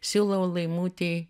siūlau laimutei